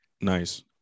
Nice